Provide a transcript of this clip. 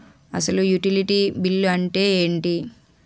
అసలు utility bill అంతే ఎంటి?